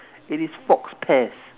is it faux pas